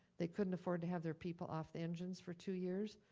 they couldn't afford to have their people off the engines for two years.